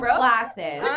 glasses